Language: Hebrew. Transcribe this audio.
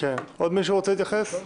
עוד מישהו רוצה להתייחס?